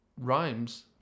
rhymes